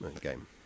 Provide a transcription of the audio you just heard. game